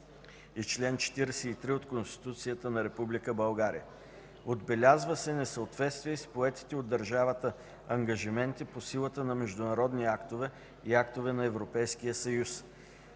и чл. 43 от Конституцията на Република България. Отбелязва се несъответствие и с поетите от държавата ангажименти по силата на международни актове и актове на Европейския съюз